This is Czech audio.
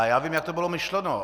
Já vím, jak to bylo myšleno.